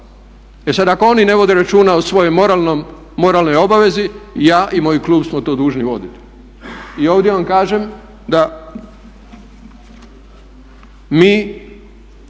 E sada ako oni ne vode računa o svojoj moralnoj obavezi ja i moj klub smo to dužni voditi. I ovdje vam kažem da mi